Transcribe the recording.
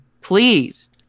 Please